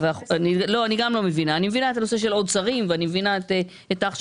אני מבינה את הנושא של עוד שרים ואני מבינה את ההכשרה